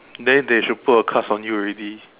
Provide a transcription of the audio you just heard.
then they should put a cast on you already